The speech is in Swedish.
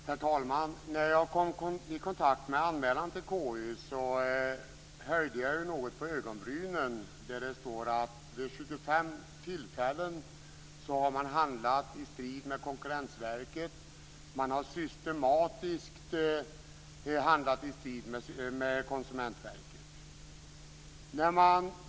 Herr talman! När jag kom i kontakt med anmälan till KU höjde jag något på ögonbrynen. Det står där att man vid 25 tillfällen systematiskt har handlat i strid med Konkurrensverket.